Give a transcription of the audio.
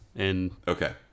Okay